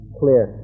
clear